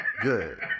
good